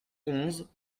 onze